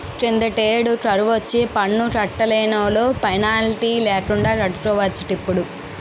కిందటేడు కరువొచ్చి పన్ను కట్టలేనోలు పెనాల్టీ లేకండా కట్టుకోవచ్చటిప్పుడు